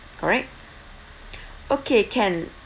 alright okay can